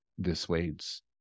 Dissuades